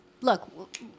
look